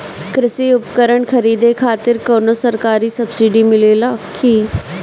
कृषी उपकरण खरीदे खातिर कउनो सरकारी सब्सीडी मिलेला की?